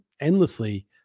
endlessly